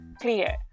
clear